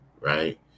right